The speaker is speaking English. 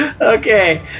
okay